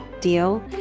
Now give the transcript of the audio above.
deal